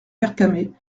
vercamer